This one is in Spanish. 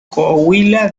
coahuila